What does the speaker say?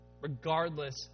regardless